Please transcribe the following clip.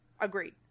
Agreed